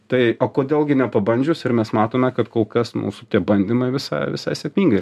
tai o kodėl gi nepabandžius ir mes matome kad kol kas mūsų tie bandymai visai visai sėkmingai